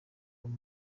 uwo